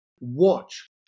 Watch